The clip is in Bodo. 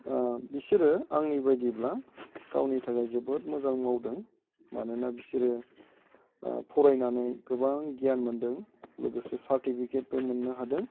बिसोरो आंनि बायदिब्ला गावनि थाखाय जोबोद मोजां मावदों मानोना बिसोरो फरायनानै गोबां गियान मोन्दों लोगोसे सार्टिफिकेटबो मोननो हादों